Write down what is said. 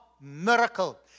miracle